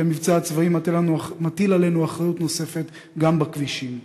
המבצע הצבאי מטיל עלינו אחריות נוספת גם בכבישים.